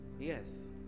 Yes